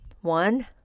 One